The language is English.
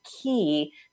key